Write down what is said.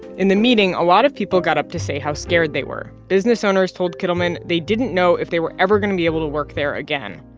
in the meeting, a lot of people got up to say how scared they were. business owners told kittleman they didn't know if they were ever going to be able to work there again.